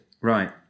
Right